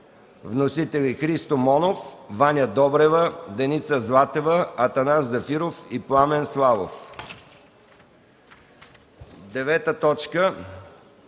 Вносители – Христо Монов, Ваня Добрева, Деница Златева, Атанас Зафиров и Пламен Славов. 9. Проект